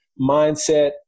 mindset